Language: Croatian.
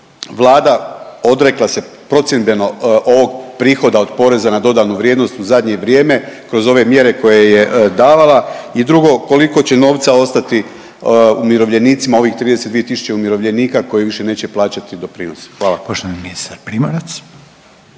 Vlada odrekla se procjembeno ovog prihoda od poreza na dodanu vrijednost u zadnje vrijeme kroz ove mjere koje je davala i drugo koliko će novca ostati umirovljenicima ovih 32 tisuće umirovljenika koji više neće plaćati doprinose? Hvala.